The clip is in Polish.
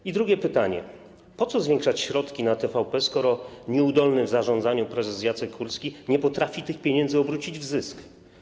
I drugie pytanie: Po co zwiększać środki na TVP, skoro nieudolny w zarządzaniu prezes Jacek Kurski nie potrafi tych pieniędzy obrócić w zysk?